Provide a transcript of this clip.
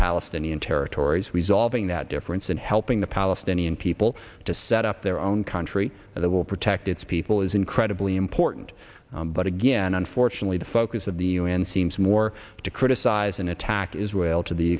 palestinian territories resolving that difference and helping the palestinian people to set up their own country that will protect its people is incredibly important but again unfortunately the focus of the un seems more to criticize and attack israel to the